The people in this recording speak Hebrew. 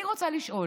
אני רוצה לשאול: